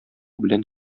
белән